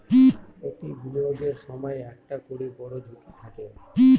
প্রতি বিনিয়োগের সময় একটা করে বড়ো ঝুঁকি থাকে